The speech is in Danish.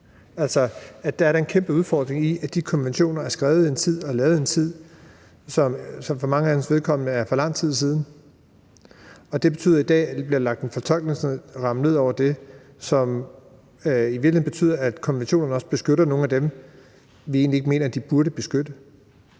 Der er da en kæmpe udfordring i, at de konventioner er skrevet og lavet i en tid, som for manges vedkommende er for lang tid siden. Det betyder i dag, at der bliver lagt en fortolkningsramme ned over dem, som i virkeligheden betyder, at konventionerne også beskytter nogle af dem, vi egentlig ikke mener de burde beskytte.